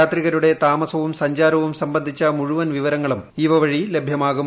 യാത്രികരുടെ താമസവും സഞ്ചാരവും സംബന്ധിച്ച മുഴുവൻ വിവരങ്ങളും ഇവ വഴി ലഭ്യമാകും